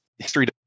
History